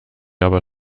aber